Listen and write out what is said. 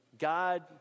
God